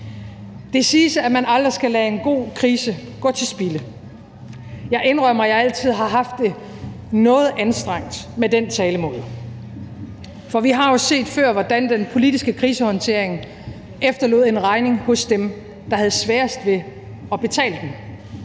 Det siges, at man aldrig skal lade en god krise gå til spilde. Jeg indrømmer, at jeg altid har haft det noget anstrengt med den talemåde, for vi har jo set før, hvordan den politiske krisehåndtering efterlod en regning hos dem, der havde sværest ved at betale den,